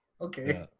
okay